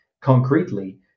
concretely